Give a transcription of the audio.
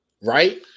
Right